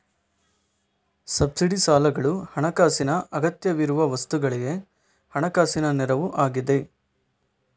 subsidy ಸಾಲಗಳು ಹಣಕಾಸಿನ ಅಗತ್ಯವಿರುವ ವಸ್ತುಗಳಿಗೆ ಹಣಕಾಸಿನ ನೆರವು ಆಗಿದೆ